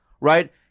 Right